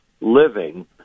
living